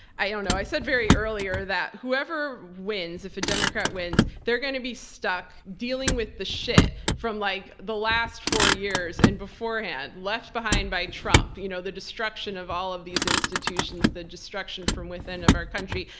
i don't know. i said earlier that whoever wins, if a democrat wins, they're going to be stuck dealing with the shit from like the last four years and beforehand left behind by trump. you know the destruction of all of these institutions the destruction from within of our country.